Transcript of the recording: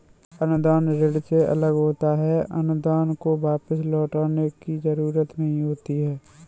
अनुदान ऋण से अलग होता है अनुदान को वापस लौटने की जरुरत नहीं होती है